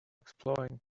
exploring